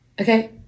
okay